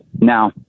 now